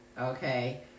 okay